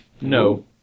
No